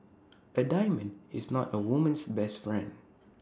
A diamond is not A woman's best friend